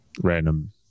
random